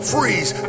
Freeze